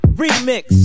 remix